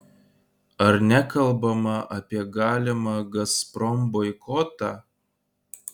ar nekalbama apie galimą gazprom boikotą